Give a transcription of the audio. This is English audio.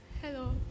Hello